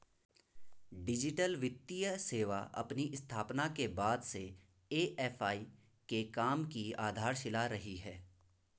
digital वित्तीय सेवा अपनी स्थापना के बाद से ए.एफ.आई के काम की आधारशिला रही है